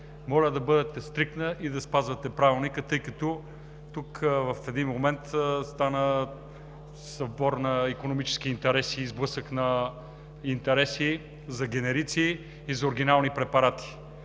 Моля да бъдете стриктна и да спазвате Правилника, тъй като тук в един момент стана събор на икономически интереси и сблъсък на интереси за генерици и оригинални препарати.